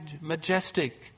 majestic